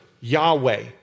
Yahweh